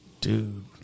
Dude